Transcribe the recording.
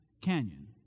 Canyon